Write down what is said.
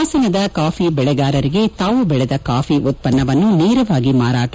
ಹಾಸನದ ಕಾಫಿ ಬೆಳಗಾರರಿಗೆ ತಾವು ಬೆಳೆದ ಕಾಫಿ ಉತ್ವನ್ನವನ್ನು ನೇರವಾಗಿ ಮಾರಾಟ